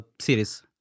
series